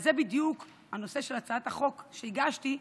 זה בדיוק הנושא של הצעת החוק שהגשתי,